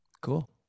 cool